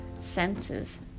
senses